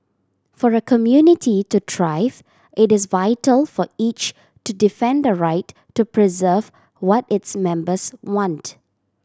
for a community to thrive it is vital for each to defend the right to preserve what its members want